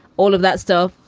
all of that stuff.